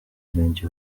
gangi